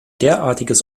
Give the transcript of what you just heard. derartiges